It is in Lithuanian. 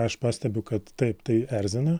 aš pastebiu kad taip tai erzina